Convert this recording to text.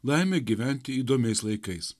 laimė gyventi įdomiais laikais